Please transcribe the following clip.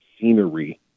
scenery